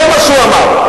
זה מה שהוא אמר,